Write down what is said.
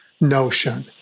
notion